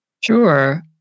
Sure